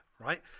right